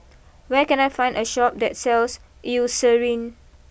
where can I find a Shop that sells Eucerin